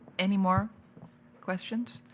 anymore questions?